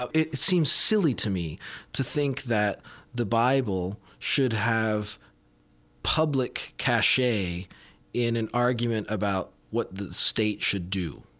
ah it seems silly to me to think that the bible should have public cachet in an argument about what the state should do.